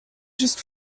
just